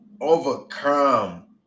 overcome